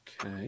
okay